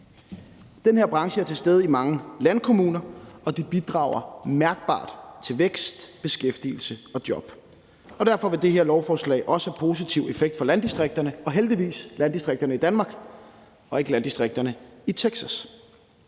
Den her branche er til stede i mange landkommuner, og de bidrager mærkbart til vækst, beskæftigelse og job. Derfor vil det her lovforslag også have positiv effekt for landdistrikterne – og heldigvis landdistrikterne i Danmark, ikke landdistrikterne i Texas.